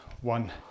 one